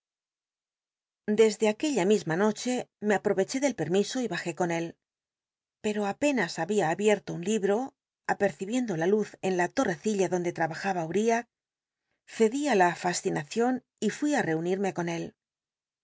desde aquella misma noche me aproveché del permiso y bajé con él per o apenas babia abicrto un libr o apercibien ln lur en la torrecill l donde trabajaba uriah cedí ú la fas inacion y fui ü reunirme con él